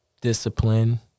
discipline